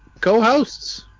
co-hosts